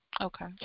Okay